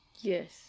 Yes